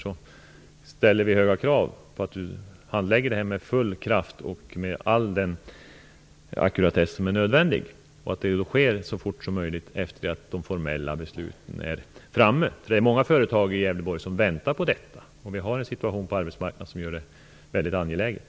Det ställer höga krav på arbetsmarknadsministern när det gäller att handlägga detta med full kraft och med all den ackuratess som är nödvändig. Det är många företag i Gävleborgs län som väntar på besked. Situationen på vår arbetsmarknad gör att detta är väldigt angeläget.